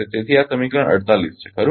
તેથી આ સમીકરણ 48 છે ખરું ને